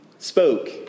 spoke